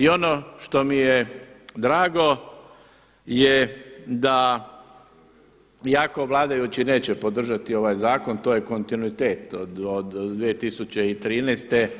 I ono što mi je drago je da iako vladajući neće podržati ovaj zakon to je kontinuitet od 2013.